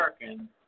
American